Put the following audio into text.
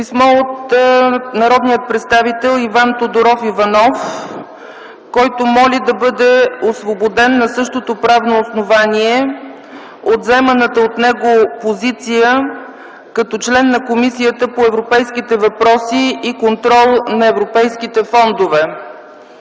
писмо от народния представител Иван Тодоров Иванов, който моли да бъде освободен на същото правно основание от заеманата от него позиция на член на Комисията по европейските въпроси и контрол на европейските фондове;